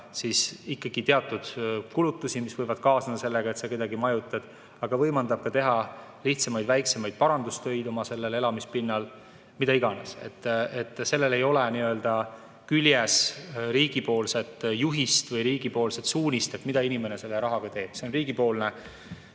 katta ikkagi teatud kulutusi, mis võivad kaasneda sellega, et sa kedagi majutad, aga võimaldab ka teha lihtsamaid, väiksemaid parandustöid oma elamispinnal, mida iganes. Sellel ei ole nii-öelda küljes riigi juhist või riigi suunist, mida inimene selle rahaga teeb. See on riigi,